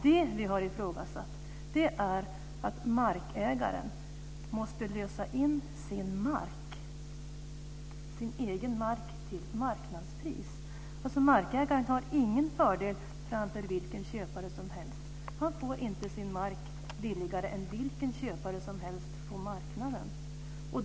Det vi har ifrågasatt är att markägaren måste lösa in sin egen mark till marknadspris. Markägaren har alltså ingen fördel framför vilken köpare som helst. Han får inte sin mark billigare än vilken köpare som helst på marknaden.